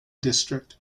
district